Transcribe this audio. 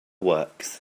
works